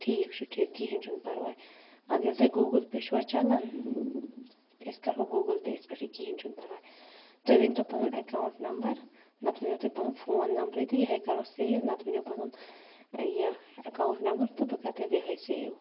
ٹھیٖک چھُ ٹھیٖک کِہیٖنۍ چھُنہٕ پَرواے اَدٕ ییٚلہِ تۄہہِ گوٗگٕل پے چھُوا چَلان أسۍ کَرٕہَو گوٗگٕل پے یَس پٮ۪ٹھٕے کِہیٖنۍ چھُنہٕ پَرواے تُہۍ ؤنۍتو پَنُن اٮ۪کاوُنٛٹ نمبر نَتہٕ ؤنِو تُہۍ پَنُن فون نمبرٕے تہٕ یِہٕے کَرو سیو نَتہٕ ؤنِو پَنُن یہِ اٮ۪کاوُنٛٹ نمبر تہٕ بہٕ کَرٕ تیٚلہِ یِہٕے سیو